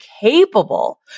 capable